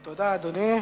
תודה, אדוני.